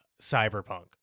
cyberpunk